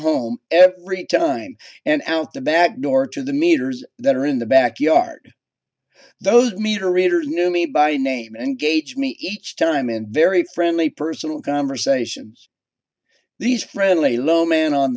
home every time and out the back door to the meters that are in the back yard those meter readers knew me by name engage me each time and very friendly personal conversations these friendly low man on